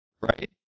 right